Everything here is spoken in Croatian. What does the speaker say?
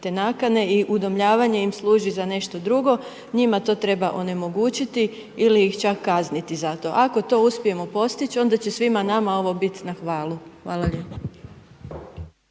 i udomljavanje im služi za nešto drugo, njima to treba onemogućiti ili ih čak kazniti za to. Ako to uspijemo postići, onda će svima nama ovo biti na hvalu. Hvala lijepo.